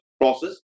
process